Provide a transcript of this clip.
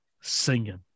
singing